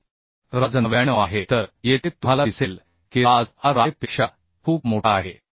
आणि Rz 99 आहे तर येथे तुम्हाला दिसेल की Rz हा Ry पेक्षा खूप मोठा आहे